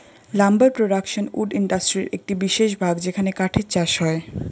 lumber production wood ইন্ডাস্ট্রির একটি বিশেষ ভাগ যেখানে কাঠের চাষ হয়